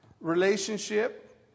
relationship